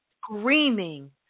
screaming